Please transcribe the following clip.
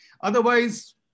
Otherwise